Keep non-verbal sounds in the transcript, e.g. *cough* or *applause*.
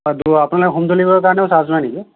*unintelligible* আপোনালোকে হোম ডেলিভাৰীৰ কাৰণেও চাৰ্জ লয় নেকি